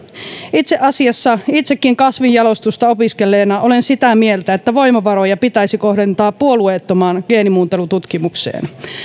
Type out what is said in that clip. itse asiassa itsekin kasvinjalostusta opiskelleena olen sitä mieltä että voimavaroja pitäisi kohdentaa puolueettomaan geenimuuntelututkimukseen